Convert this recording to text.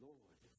Lord